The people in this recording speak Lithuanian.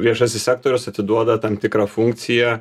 viešasis sektorius atiduoda tam tikrą funkciją